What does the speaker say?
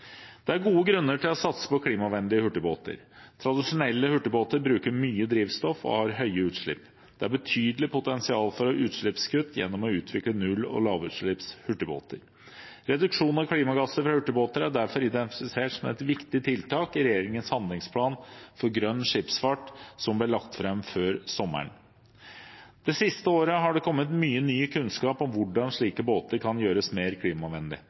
Det er gode grunner til å satse på klimavennlige hurtigbåter. Tradisjonelle hurtigbåter bruker mye drivstoff og har høye utslipp. Det er betydelig potensial for utslippskutt gjennom å utvikle null- og lavutslippshurtigbåter. Reduksjon av klimagasser fra hurtigbåter er derfor identifisert som et viktig tiltak i regjeringens handlingsplan for grønn skipsfart som ble lagt fram før sommeren. Det siste året har det kommet mye ny kunnskap om hvordan slike båter kan gjøres mer